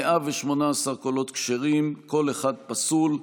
118 קולות כשרים, קול אחד פסול.